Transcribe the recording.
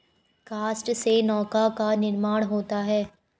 काष्ठ से नौका का निर्माण होता है